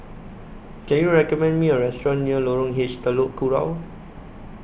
Can YOU recommend Me A Restaurant near Lorong H Telok Kurau